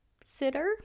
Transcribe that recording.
sitter